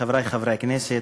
חברי חברי הכנסת,